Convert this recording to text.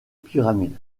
pyramide